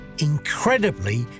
Incredibly